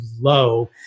low